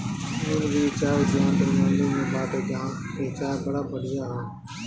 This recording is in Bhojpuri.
निलगिरी चाय उद्यान तमिनाडु में बाटे जहां के चाय बड़ा बढ़िया हअ